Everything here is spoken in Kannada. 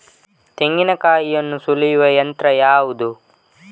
ತೆಂಗಿನಕಾಯಿಯನ್ನು ಸುಲಿಯುವ ಯಂತ್ರ ಯಾವುದು?